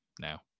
now